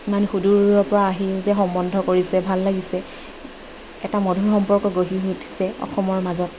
ইমান সুদূৰৰ পৰা আহি যে সম্বন্ধ কৰিছে ভাল লাগিছে এটা মধুৰ সম্পৰ্ক গঢ়ি উঠিছে অসমৰ মাজত